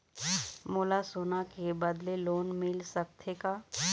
मोला सोना के बदले लोन मिल सकथे का?